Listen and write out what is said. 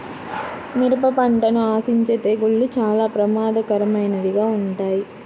మిరప పంటను ఆశించే తెగుళ్ళు చాలా ప్రమాదకరమైనవిగా ఉంటాయి